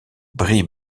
brie